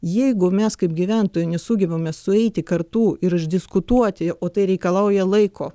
jeigu mes kaip gyventojai nesugebame sueiti kartu ir išdiskutuoti o tai reikalauja laiko